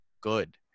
good